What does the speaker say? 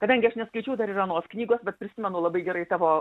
kadangi aš neskaičiau dar ir anos knygos bet prisimenu labai gerai tavo